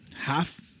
half